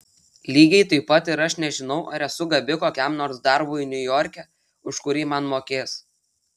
lygiai taip pat ir aš nežinau ar esu gabi kokiam nors darbui niujorke už kurį man mokės